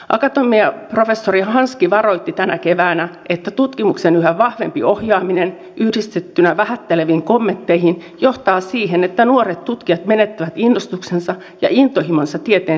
akatemiaprofessori hanski varoitti tänä keväänä että tutkimuksen yhä vahvempi ohjaaminen yhdistettynä vähätteleviin kommentteihin johtaa siihen että nuoret tutkijat menettävät innostuksensa ja intohimonsa tieteen tekemiseen